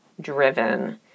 driven